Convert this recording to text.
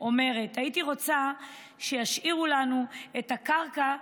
אומרת: הייתי רוצה שישאירו לנו את הקרקע.